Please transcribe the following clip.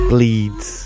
Bleeds